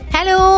Hello